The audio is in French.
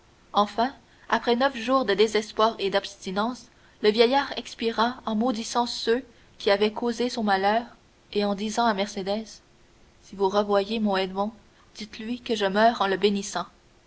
enfin après neuf jours de désespoir et d'abstinence le vieillard expira en maudissant ceux qui avaient causé son malheur et disant à mercédès si vous revoyez mon edmond dites-lui que je meurs en le bénissant